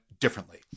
differently